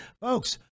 folks